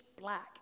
black